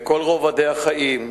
בכל רובדי החיים,